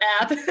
app